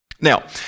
Now